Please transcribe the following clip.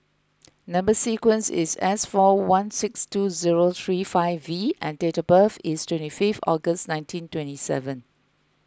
Number Sequence is S four one six two zero three five V and date of birth is twenty fifth August nineteen twenty seven